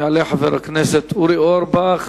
יעלה חבר הכנסת אורי אורבך,